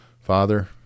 Father